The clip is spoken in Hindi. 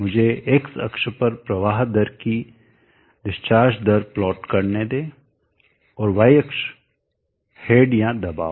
मुझे X अक्ष पर प्रवाह दर की डिस्चार्ज दर प्लॉट करने दें और Y पर अक्ष हेड या दबाव